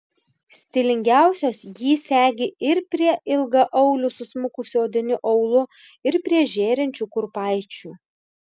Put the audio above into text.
stilingiausios jį segi ir prie ilgaaulių susmukusiu odiniu aulu ir prie žėrinčių kurpaičių